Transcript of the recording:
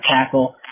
tackle